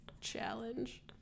Challenge